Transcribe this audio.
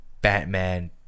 Batman